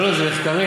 לא, זה מחקרים.